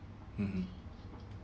mmhmm